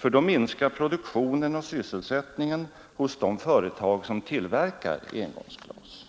ty då minskar produktionen och sysselsättningen hos de företag som tillverkar engångsglas.